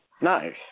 nice